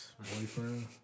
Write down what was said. boyfriend